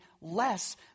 less